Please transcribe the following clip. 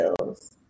skills